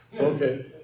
Okay